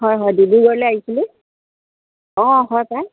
হয় হয় ডিব্ৰুগড়লৈ আহিছিলোঁ অঁ হয় পায়